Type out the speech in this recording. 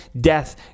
death